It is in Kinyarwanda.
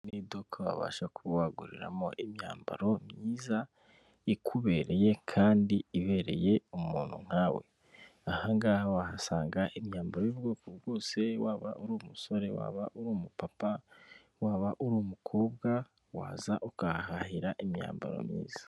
Iri ni iduka wabasha kuba waguriramo imyambaro myiza ikubereye kandi ibereye umuntu nkawe, aha ngaha wahasanga imyambaro y'ubwoko bwose waba uri umusore, waba uri umupapa, waba uri umukobwa, waza ukahahira imyambaro myiza.